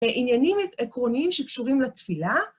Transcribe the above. ועניינים עקרוניים שקשורים לתפילה.